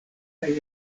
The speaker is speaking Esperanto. kaj